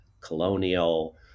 colonial